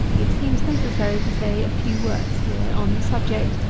it seems necessary to say a few words here on the subject,